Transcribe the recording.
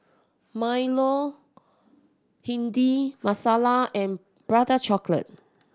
milo Bhindi Masala and Prata Chocolate